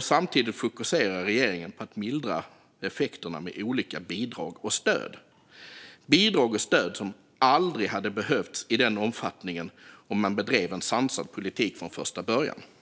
Samtidigt fokuserar regeringen på att mildra effekterna med olika bidrag och stöd - bidrag och stöd som aldrig hade behövts i den omfattningen om man bedrivit en sansad politik från första början.